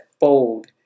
fold